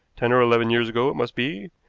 ten or eleven years ago it must be.